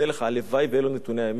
הלוואי שאלה נתוני האמת,